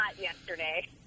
yesterday